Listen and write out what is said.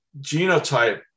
genotype